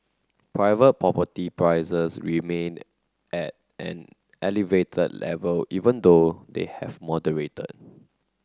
private property prices remained at an elevated level even though they have moderated